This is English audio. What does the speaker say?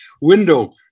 window